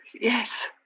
yes